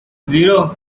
zero